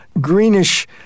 greenish